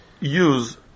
use